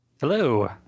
Hello